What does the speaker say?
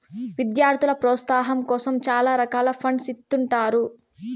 విద్యార్థుల ప్రోత్సాహాం కోసం చాలా రకాల ఫండ్స్ ఇత్తుంటారు